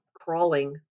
crawling